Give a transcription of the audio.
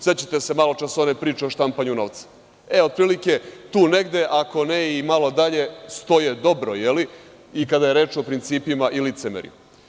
Sećate se, maločas one priče o štampanju novca, otprilike tu negde, ako ne i malo dalje stoje dobro je li, i kada je reč o principima i licemerju.